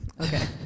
okay